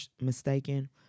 mistaken